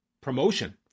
promotion